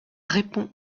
répond